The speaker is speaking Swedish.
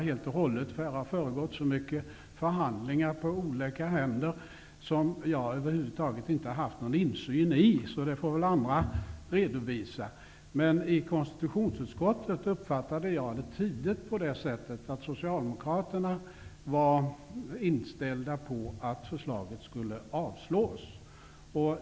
Det har skett så många förhandlingar på olika händer, förhandlingar som jag över huvud taget inte har haft någon insyn i. Dem får väl andra redovisa. I konstitutionsutskottet uppfattade jag tydligt att Socialdemokraterna var inställda på att förslaget skulle avslås.